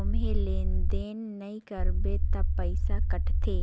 ओम्हे लेन देन नइ करबे त पइसा कटथे